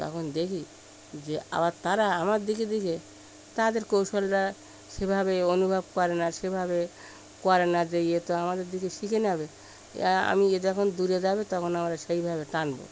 তখন দেখি যে আবার তারা আমার দেখে দেখে তাদের কৌশলটা সে ভাবে অনুভব করে না সে ভাবে করে না যে ইয়ে তো আমাদের দেখে শিখে নেবে আমিও যখন দূরে যাব তখন আমরা সেই ভাবে টানব